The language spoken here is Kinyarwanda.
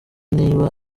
niba